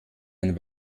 ein